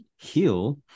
heal